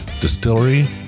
distillery